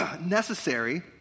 Necessary